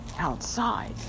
outside